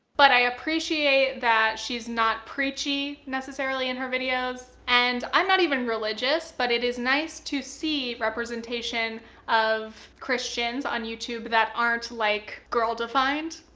but, i appreciate that she's not preachy, necessarily, in her videos. and, i'm not even religious, but it is nice to see representation of christians on youtube that aren't, like, girl defined!